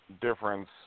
difference